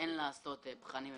-- שאין לעשות בחנים ומבחנים,